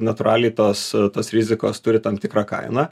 natūraliai tos tos rizikos turi tam tikrą kainą